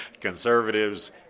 conservatives